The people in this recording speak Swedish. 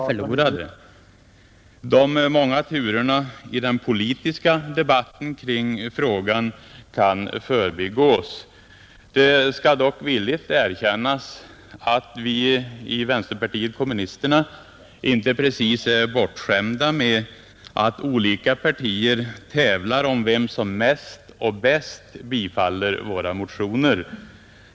Fru talman! Den föreslagna organisationen för studieoch yrkesorientering tillhör kanske inte de största omställningsprocesserna på utbildningsområdet. Den har likväl blivit föremål för en ganska omfattande debatt. Ett grunddrag i själva sakdebatten har varit oro för att ett helt oprövat system skulle införas och att erfarenheterna från ett prövat system med yrkesvalslärare skulle gå förlorade. De många turerna i den politiska debatten om frågan kan förbigås. Det skall dock villigt erkännas att vi inom vänsterpartiet kommunisterna inte precis är bortskämda med att olika partier tävlar om vem som mest och bäst bifaller våra motioner.